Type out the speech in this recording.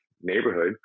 neighborhood